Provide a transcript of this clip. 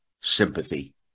sympathy